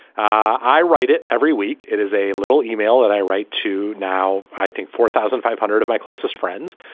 i write it every week. it is a little yeah e-mail that i write to now i think four thousand five hundred of my closest friends.